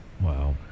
Wow